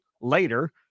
later